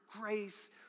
grace